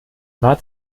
war